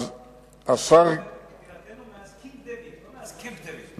היא בירתנו מאז קינג דייוויד, לא מאז קמפ-דייוויד.